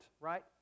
right